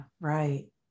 right